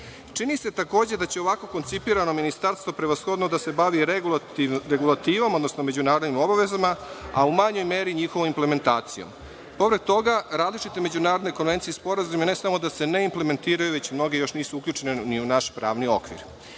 se takođe da će ovako koncipirano ministarstvo prevashodno da se bavi regulativom, odnosno međunarodnim obavezama, a u manjoj meri njihovom implementacijom. Povrh toga, različite međunarodne konvencije i sporazumi, ne samo da se ne implementiraju, već mnogi još nisu uključeni ni u naš pravni okvir. Da